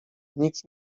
nikt